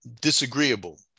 disagreeable